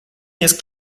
jest